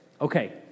Okay